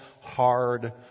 hard